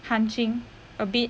hunching a bit